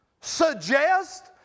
suggest